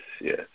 Yes